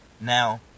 Now